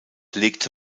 legte